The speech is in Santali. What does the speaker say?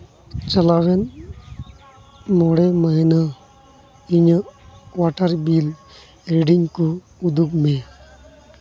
ᱪᱟᱞᱟᱣᱮᱱ ᱢᱚᱬᱮ ᱢᱟᱹᱦᱱᱟᱹ ᱤᱧᱟᱹᱜ ᱚᱣᱟᱴᱟᱨ ᱵᱤᱞ ᱨᱮᱰᱤᱝ ᱠᱚ ᱩᱫᱩᱜᱽ ᱢᱮ